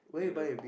you know